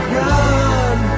run